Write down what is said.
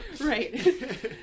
Right